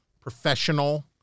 professional